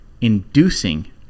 inducing